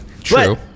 True